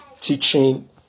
teaching